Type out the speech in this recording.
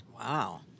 Wow